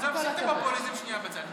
אלי, עזוב את הפופוליזם שנייה בצד.